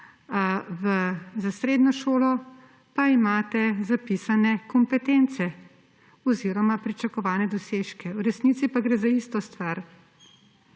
za srednjo šolo pa imate zapisane kompetence oziroma pričakovane dosežke. V resnici pa gre za isto stvar.